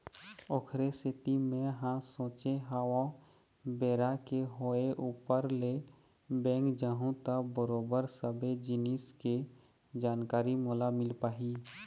ओखरे सेती मेंहा सोचे हव बेरा के होय ऊपर ले बेंक जाहूँ त बरोबर सबे जिनिस के जानकारी मोला मिल पाही